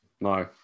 No